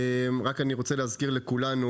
אנחנו נתחיל ישר בהקראות.